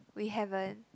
we haven't